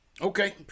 Okay